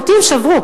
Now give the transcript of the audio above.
ואותי הן שברו.